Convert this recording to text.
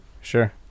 Sure